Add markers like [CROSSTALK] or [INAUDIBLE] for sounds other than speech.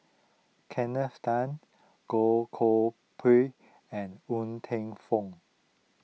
[UNINTELLIGIBLE] Tan Goh Koh Pui and Ng Teng Fong